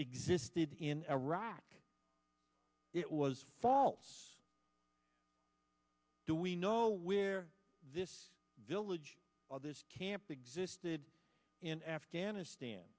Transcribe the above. existed in iraq it was false do we know where this village or this camp existed in afghanistan